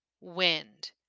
wind